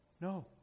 No